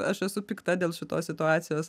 aš esu pikta dėl šitos situacijos